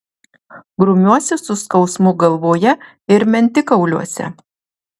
grumiuosi su skausmu galvoje ir mentikauliuose